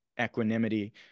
equanimity